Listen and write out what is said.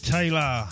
Taylor